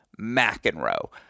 McEnroe –